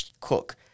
cook